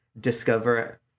discover